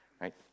right